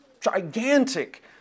gigantic